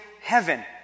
heaven